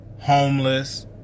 homeless